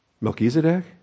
Melchizedek